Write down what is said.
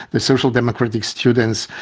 the social democratic students,